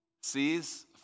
sees